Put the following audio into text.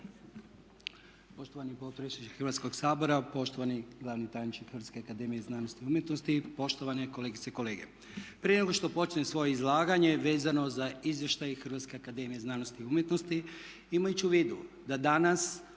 Poštovani potpredsjedniče Hrvatskoga sabora, poštovani glavni tajniče Hrvatske akademije znanosti i umjetnosti, poštovane kolegice i kolege. Prije nego što počnem svoje izlaganje vezano za izvještaj HAZU, imajući u vidu da danas